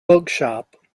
bookshop